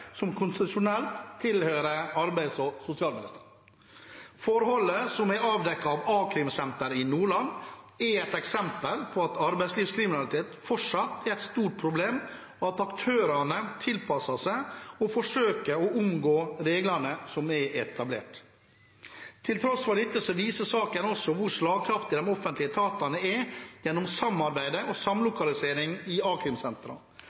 som konstitusjonelt tilhører arbeids- og sosialministeren. Forholdene som er avdekket av a-krimsenteret i Nordland, er eksempel på at arbeidslivskriminalitet fortsatt er et stort problem, og at aktørene tilpasser seg og forsøker å omgå reglene som er etablert. Til tross for dette viser saken også hvor slagkraftige de offentlige etatene er gjennom samarbeidet og samlokaliseringen i